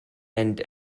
and